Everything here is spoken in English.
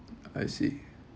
I see